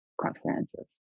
conferences